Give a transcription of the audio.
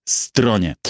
stronie